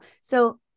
so-